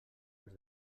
els